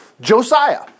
Josiah